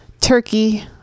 Turkey